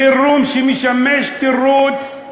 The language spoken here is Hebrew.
(חבר הכנסת אורן אסף חזן יוצא מאולם